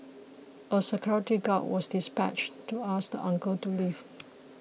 a security guard was dispatched to ask the uncle to leave